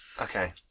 Okay